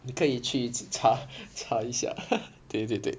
你可以去查查一下 对对对